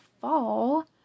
fall